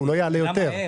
הוא לא יעלה יותר.